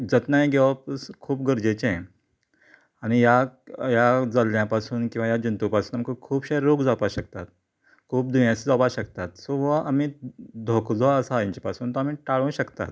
जतनाय घेवप स् खूब गरजेचें आनी ह्या ह्या जल्ल्यां पासून किंवां ह्या जंतू पासून खूबशे रोग जावपाक शकतात खूब दुयेंसा जावपाक शकतात सो हो आमी धोको जो आसा हेंचे पासून तो आमी टाळूं शकता